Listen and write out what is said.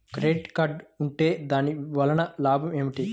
Debit card ఉంటే దాని వలన లాభం ఏమిటీ?